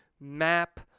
map